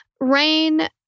Rain